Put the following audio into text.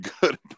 good